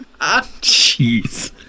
Jeez